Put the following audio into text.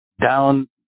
down